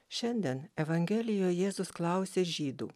šiandien evangelijoj jėzus klausė žydų